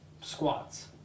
Squats